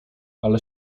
ale